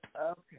Okay